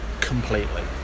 completely